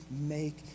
make